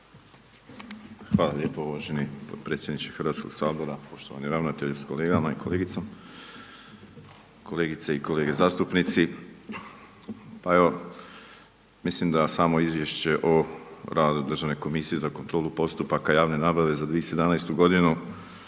Hvala lijepo uvaženi potpredsjedniče HS-a, poštovani ravnatelj s kolegama i kolegicom. Kolegice i kolege zastupnici. Pa evo, mislim da samo izvješće o radu Državne komisije za kontrolu postupaka javne nabave za 2017. godinu